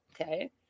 Okay